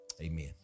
amen